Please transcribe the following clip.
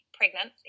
pregnant